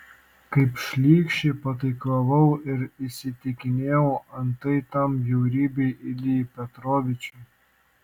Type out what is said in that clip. kaip šlykščiai pataikavau ir įsiteikinėjau antai tam bjaurybei iljai petrovičiui